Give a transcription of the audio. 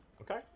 okay